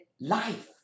life